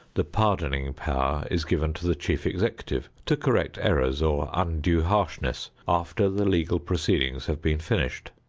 the pardoning power is given to the chief executive to correct errors or undue harshness after the legal proceedings have been finished.